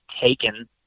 taken